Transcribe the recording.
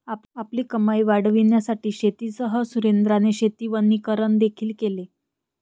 आपली कमाई वाढविण्यासाठी शेतीसह सुरेंद्राने शेती वनीकरण देखील केले